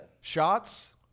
Shots